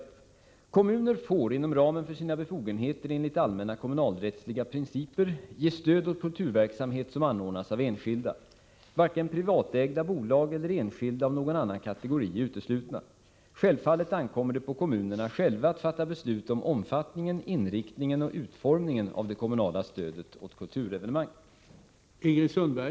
4 8 He Kommuner får, inom ramen för sina befogenheter enligt allmänna kommunalrättsliga principer, ge stöd åt kulturverksamhet som anordnas av enskilda VA SE då öl eller enskilda av någon annan kategori är Ordet korumpata: Självfallet ankommer det på kommunerna själva att fatta beslut om omfattningen, inriktningen och utformningen av det kommunala stödet åt kulturevenemang.